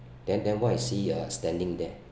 then then why why is he uh standing there